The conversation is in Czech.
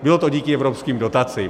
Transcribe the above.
Bylo to díky evropským dotacím.